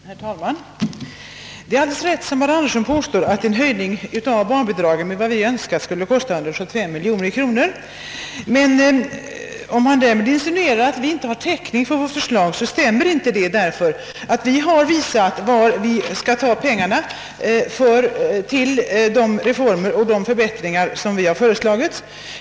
Herr talman! Det är alldeles riktigt som herr Anderson i Sundsvall påstår, att en höjning av barnbidragen med det belopp vi föreslagit skulle kosta 175 miljoner kronor. Men om han därmed vill insinuera att vi inte skulle ha täckning för vårt förslag, så stämmer det inte. Vi har redovisat var pengarna kan tas till de reformer och förbättringar vi föreslagit.